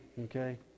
okay